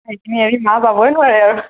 এইখিনি এৰি মা যাবই নোৱোৰে আৰু